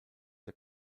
der